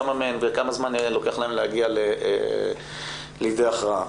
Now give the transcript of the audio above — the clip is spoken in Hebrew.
כמה מהן וכמה זמן לוקח להן להגיע לידי הכרעה.